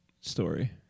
story